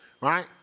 Right